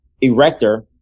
Erector